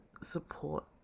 support